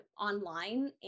online